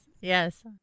Yes